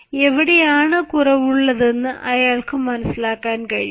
എവിടെയാണ് കുറവുള്ളതെന്ന് അയാൾക്ക് മനസ്സിലാക്കാൻ കഴിയും